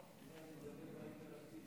אדוני היושב-ראש, אדוני השר,